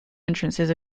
entrances